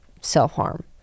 self-harm